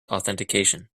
authentication